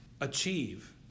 achieve